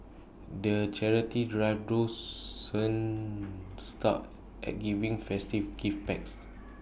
the charity drive stop at giving festive gift packs